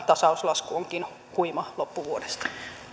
tasauslasku onkin huima loppuvuodesta